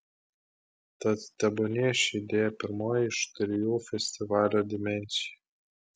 tad tebūnie ši idėja pirmoji iš trijų festivalio dimensijų